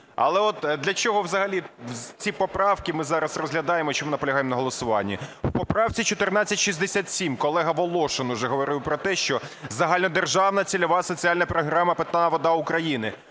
Але для чого взагалі ці поправки ми зараз розглядаємо і чому наполягаємо на голосуванні. В поправці 1467 колега Волошин уже говорив про те, що загальнодержавна цільова соціальна програма "Питна вода України",